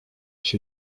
się